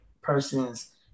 person's